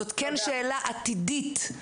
זאת כן שאלה עתידית,